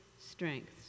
strengths